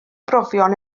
brofion